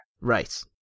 Right